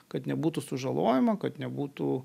kad nebūtų sužalojama kad nebūtų